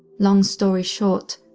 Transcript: long story short,